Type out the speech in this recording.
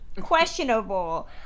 questionable